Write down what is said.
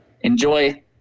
Enjoy